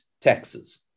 taxes